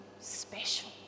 special